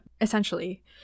essentially